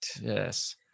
Yes